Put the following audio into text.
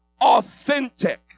authentic